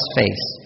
face